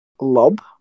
lob